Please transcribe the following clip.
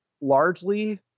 Largely